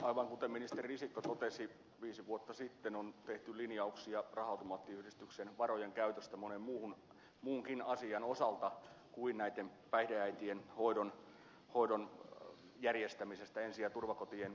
aivan kuten ministeri risikko totesi viisi vuotta sitten on tehty linjauksia raha automaattiyhdistyksen varojen käytöstä monen muunkin asian osalta kuin näiden päihdeäitien hoidon järjestämisestä ensi ja turvakotien liiton toimipisteiden kautta